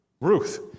Ruth